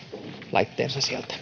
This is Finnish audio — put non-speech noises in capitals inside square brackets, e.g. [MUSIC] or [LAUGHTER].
laitteensa sieltä [UNINTELLIGIBLE]